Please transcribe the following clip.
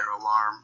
alarm